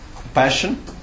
Compassion